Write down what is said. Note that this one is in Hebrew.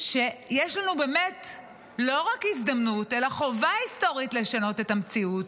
שיש לנו באמת לא רק הזדמנות אלא חובה היסטורית לשנות את המציאות,